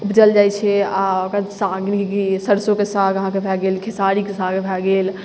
उपजायल जाइ छै आओर ओकरा साग सरसोके साग अहाँके भए गेल खेसारीके साग भए गेल